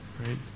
Right